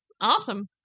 awesome